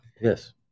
Yes